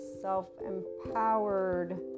self-empowered